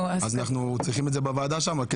אנחנו צריכים את זה בוועדה שם.